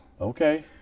Okay